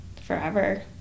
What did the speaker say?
forever